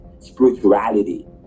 spirituality